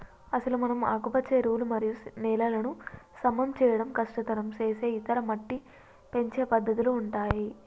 అసలు మనం ఆకుపచ్చ ఎరువులు మరియు నేలలను సమం చేయడం కష్టతరం సేసే ఇతర మట్టి పెంచే పద్దతుల ఉంటాయి